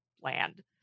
bland